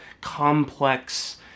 complex